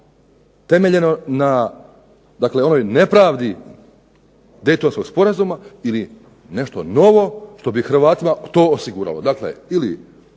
temeljeno na dakle onoj nepravdi Daytonskog sporazuma ili nešto novo što bi Hrvatima to osiguralo,